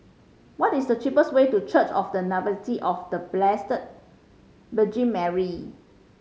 what is the cheapest way to Church of The Nativity of The Blessed Virgin Mary